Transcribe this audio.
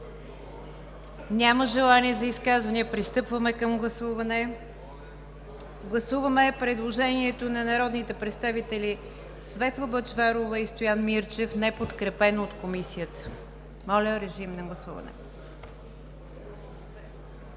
Няма желания за изказвания. Пристъпваме към гласуване. Гласуваме предложението на народните представители Светла Бъчварова и Стоян Мирчев, неподкрепено от Комисията. Гласували